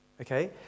Okay